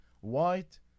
white